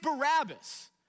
Barabbas